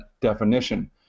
definition